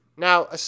Now